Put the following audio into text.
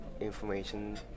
information